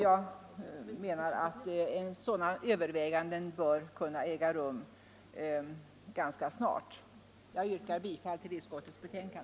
Jag menar att sådana överväganden bör kunna äga rum ganska snart. Jag yrkar bifall till utskottets hemställan.